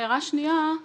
הערה שנייה היא